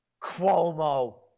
Cuomo